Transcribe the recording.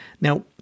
Now